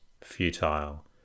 futile